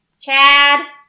Chad